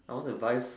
I want to buy